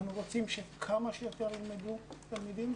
אנחנו רוצים שכמה שיותר תלמידים ילמדו